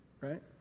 Right